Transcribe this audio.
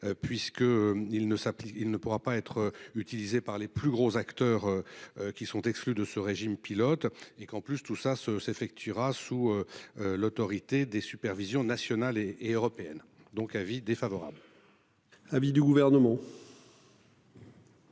il ne pourra pas être utilisé par les plus gros acteurs. Qui sont exclus de ce régime pilote et qu'en plus, tout ça se s'effectuera sous. L'autorité des supervision nationale et et européennes donc avis défavorable. Avis du gouvernement.